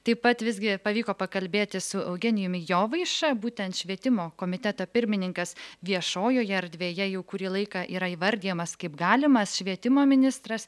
taip pat visgi pavyko pakalbėti su eugenijumi jovaiša būtent švietimo komiteto pirmininkas viešojoje erdvėje jau kurį laiką yra įvardijamas kaip galimas švietimo ministras